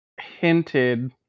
hinted